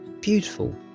Beautiful